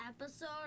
episode